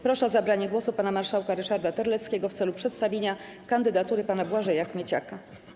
Proszę o zabranie głosu pana marszałka Ryszarda Terleckiego w celu przedstawienia kandydatury pana Błażeja Kmieciaka.